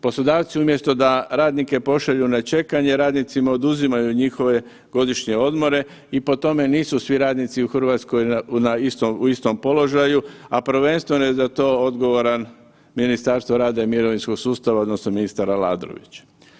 Poslodavci umjesto da radnike pošalju na čekanje, radnicima oduzimaju njihove godišnje odmore i po tome nisu svi radnici u Hrvatskoj u istom položaju, a prvenstveno je za to odgovoran Ministarstvo rada i mirovinskog sustava odnosno ministar Aladrović.